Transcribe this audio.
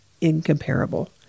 incomparable